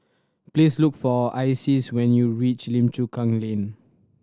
please look for Isis when you reach Lim Chu Kang Lane